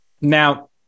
Now